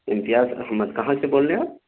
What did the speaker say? امتیاز احمد کہاں سے بول رہیں آپ